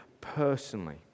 personally